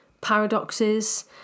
paradoxes